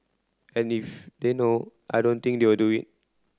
and if they know I don't think they will do it